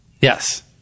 Yes